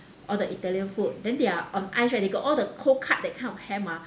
all the italian food then their on ice right they got all the cold cut that kind of ham ah